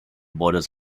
borders